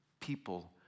People